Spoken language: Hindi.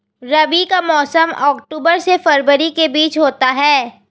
रबी का मौसम अक्टूबर से फरवरी के बीच होता है